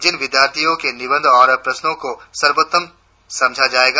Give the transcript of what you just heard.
जिन विद्यार्थियों के निबंध और प्रश्नों को सर्वोत्तम समझा जाएगा